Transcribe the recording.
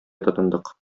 тотындык